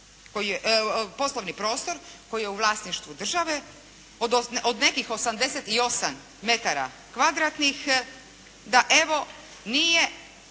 poslovni prostor koji je u vlasništvu države od nekih 88 metara kvadratnih da evo, nije